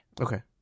Okay